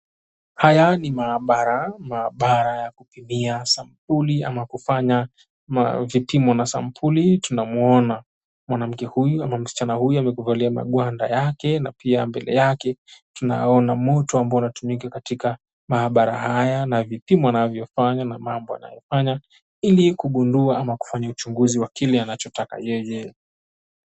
Haya ni maabara, maabara ya kupimia sampuli ama kufanya vipimo na sampuli tunamuona, mwanamke huyu ama msichana huyu amekuvalia magwanda yake na pia mbele yake tunaona moto ambao unaotumika katika maabara haya na vipimo anavyofanya na mambo anayofanya ili kugundua ama kufanya uchunguzi wa kile anachotaka yeye.